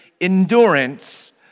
endurance